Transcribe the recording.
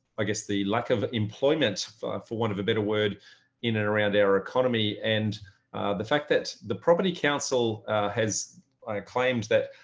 the lack of employment for want of a better word in and around our economy and the fact that the property council has claimed that